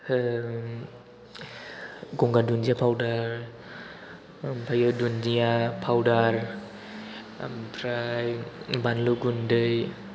गंगार दुन्दिया पाउदार ओमफ्रायो दुन्दिया पाउदार ओमफ्राय बानलु गुन्दै